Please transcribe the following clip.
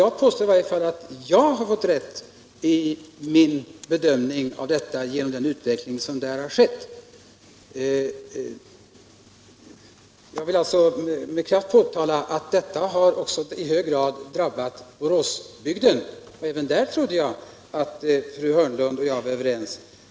Jag vill i alla fall påstå att jag har fått rätt i min bedömning efter den utveckling som skett, och jag vill kraftigt understryka att även Boråsbygden i hög grad drabbats. Även på den punkten trodde jag att fru Hörnlund och jag var överens.